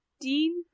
Dean